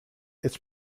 its